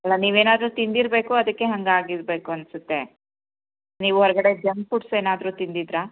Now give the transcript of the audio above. ಅಲ್ಲ ನೀವೇನಾದರೂ ತಿಂದಿರಬೇಕು ಅದಕ್ಕೆ ಹಂಗೆ ಆಗಿರಬೇಕು ಅನ್ಸುತ್ತೆ ನೀವು ಹೊರಗಡೆ ಜಂಕ್ ಫುಡ್ಸ್ ಏನಾದರೂ ತಿಂದಿದ್ರಾ